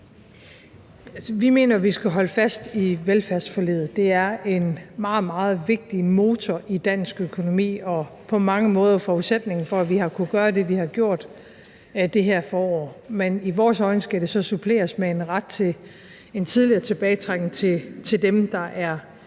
Vi mener, vi skal holde fast i velfærdsforliget, for det er en meget, meget vigtig motor i dansk økonomi, og det er på mange måder forudsætningen for, at vi har kunnet gøre det, vi har gjort i det her forår. Men i vores øjne skal det så suppleres med en ret til en tidligere tilbagetrækning til dem, der er